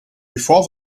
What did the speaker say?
before